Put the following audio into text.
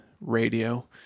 radio